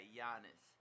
Giannis